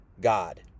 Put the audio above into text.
God